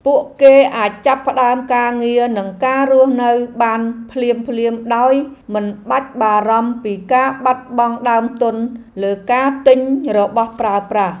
ពួកគេអាចចាប់ផ្ដើមការងារនិងការរស់នៅបានភ្លាមៗដោយមិនបាច់បារម្ភពីការបាត់បង់ដើមទុនលើការទិញរបស់ប្រើប្រាស់។